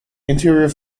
interior